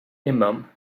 imam